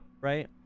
right